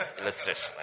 illustration